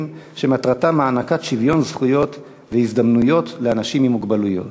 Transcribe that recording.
שמטרתם הענקת שוויון זכויות והזדמנויות לאנשים עם מוגבלויות.